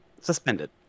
suspended